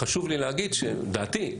חשוב לי להגיד שלדעתי,